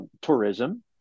tourism